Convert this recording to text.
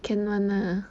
can [one] lah